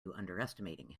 underestimating